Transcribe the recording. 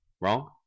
wrong